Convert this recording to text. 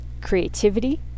creativity